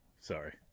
sorry